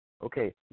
Okay